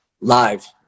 live